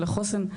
של החוסן.